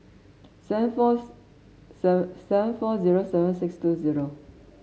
seven forth seven seven four zero seven six two zero